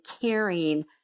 caring